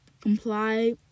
comply